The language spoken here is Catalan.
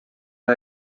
una